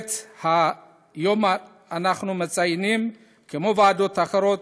במסגרת היום שאנחנו מציינים, כמו ועדות אחרות,